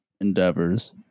endeavors